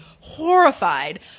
horrified